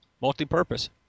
Multi-purpose